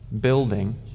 building